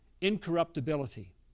incorruptibility